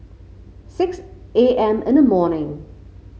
six A M in the morning